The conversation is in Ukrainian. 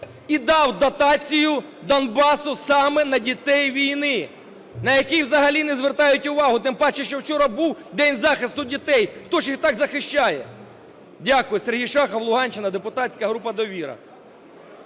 і дав дотацію Донбасу саме на дітей війни, на яких взагалі не звертають увагу, тим паче що вчора був День захисту дітей. Хто ж їх так захищає? Дякую. Сергій Шахов, Луганщина, депутатська група "Довіра".